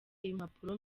impapuro